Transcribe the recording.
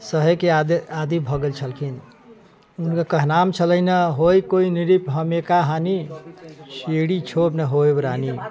सहै के आदी भऽ गेल छलखिन हुनकर कहनाम छलनि होइ कोइ नृप हमे कहानी अब रानी